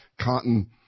cotton